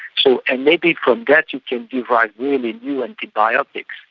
so and maybe from that you can devise really new antibiotics.